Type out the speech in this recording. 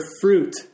fruit